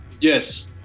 Yes